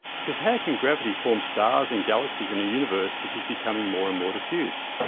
because how can gravity form stars and galaxies in a universe which is becoming more and more diffuse?